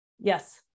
Yes